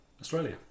Australia